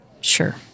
sure